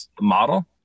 model